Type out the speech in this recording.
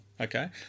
Okay